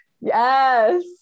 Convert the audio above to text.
yes